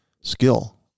skill